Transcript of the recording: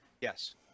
Yes